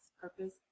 purpose